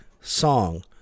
song